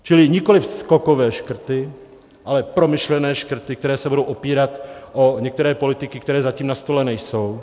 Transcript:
Čili nikoliv skokové škrty, ale promyšlené škrty, které se budou opírat o některé politiky, které zatím na stole nejsou.